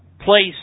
place